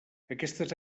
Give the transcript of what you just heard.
aquestes